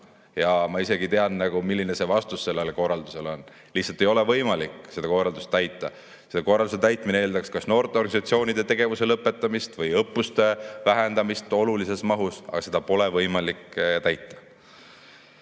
Ma isegi tean, milline vastus sellele korraldusele on: lihtsalt ei ole võimalik seda korraldust täita. Selle korralduse täitmine eeldaks kas noorteorganisatsioonide tegevuse lõpetamist või õppuste vähendamist olulises mahus, aga seda pole võimalik teha.